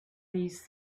these